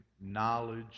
knowledge